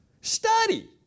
Study